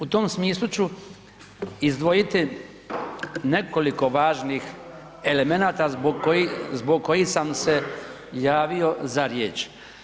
U tom smislu ću izdvojiti nekoliko važnih elemenata zbog kojih sam se javio za riječ.